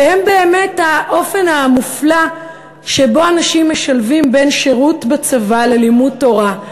שהן באמת האופן המופלא שבו אנשים משלבים בין שירות בצבא ללימוד תורה.